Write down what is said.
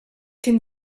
den